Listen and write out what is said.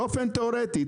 באופן תיאורטי,